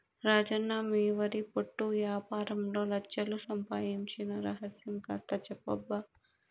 రాజన్న మీ వరి పొట్టు యాపారంలో లచ్ఛలు సంపాయించిన రహస్యం కాస్త చెప్పబ్బా